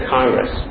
Congress